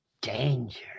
danger